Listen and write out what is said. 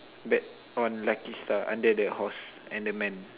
bet on lucky star under the horse and the man